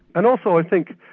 and also i think,